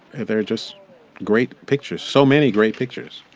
they're just great pictures. so many great pictures.